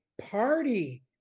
party